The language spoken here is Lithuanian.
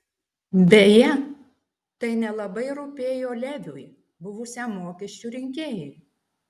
beje tai nelabai rūpėjo leviui buvusiam mokesčių rinkėjui